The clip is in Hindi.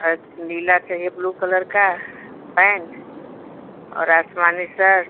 और एक नीला चाहिए ब्लू कलर की पैंट और आसमानी सर्ट